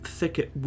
thicket